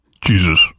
jesus